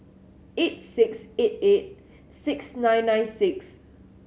eight six eight eight six nine nine six